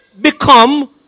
become